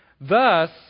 Thus